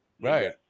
Right